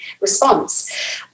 response